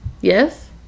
Yes